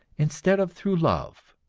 instead of through love!